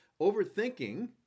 Overthinking